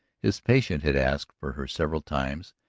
his patient had asked for her several times,